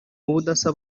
ubudasa